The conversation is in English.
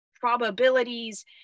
probabilities